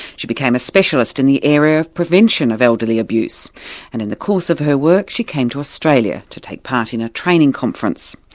she became a specialist in the area of prevention of elderly abuse and in the course of her work she came to australia to take part in a training conference.